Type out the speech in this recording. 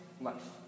life